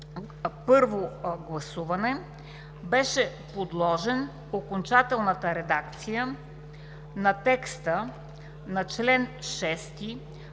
първо гласуване беше подложена окончателната редакция на текста на чл. 6